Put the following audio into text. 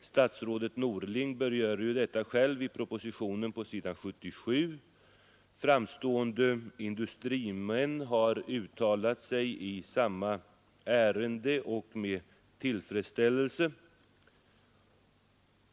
Statsrådet Norling berör ju detta själv på s. 77 i propositionen. Framstående industrimän har också uttalat sin tillfredsställelse.